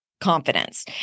confidence